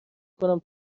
کنم